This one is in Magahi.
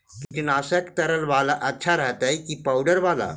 कीटनाशक तरल बाला अच्छा रहतै कि पाउडर बाला?